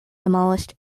demolished